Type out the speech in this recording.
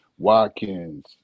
Watkins